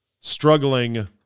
struggling